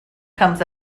comes